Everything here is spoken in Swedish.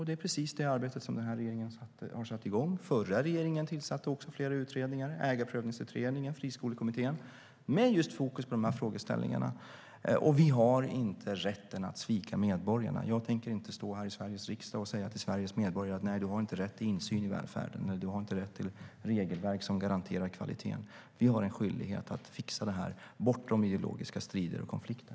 Det är precis detta arbete som den här regeringen har satt igång. Den förra regeringen tillsatte också flera utredningar - Ägarprövningsutredningen och Friskolekommittén - med just fokus på dessa frågeställningar. Vi har inte rätt att svika medborgarna. Jag tänker inte stå här i Sveriges riksdag och säga till Sveriges medborgare: Nej, du har inte rätt till insyn i välfärden. Du har inte rätt till regelverk som garanterar kvaliteten. Vi har en skyldighet att fixa detta, bortom ideologiska strider och konflikter.